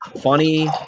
funny